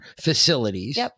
facilities